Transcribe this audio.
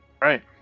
Right